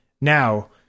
Now